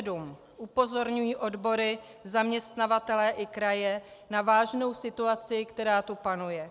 Od roku 2007 upozorňují odbory zaměstnavatele i kraje na vážnou situaci, která tu panuje.